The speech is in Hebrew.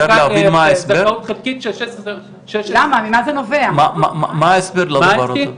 מה ההסבר לדבר הזה?